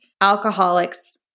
alcoholics